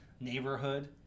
neighborhood